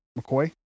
McCoy